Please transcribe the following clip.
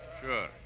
Sure